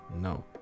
No